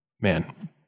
man